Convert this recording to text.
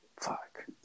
fuck